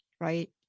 right